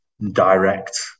direct